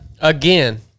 again